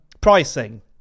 Pricing